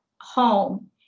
home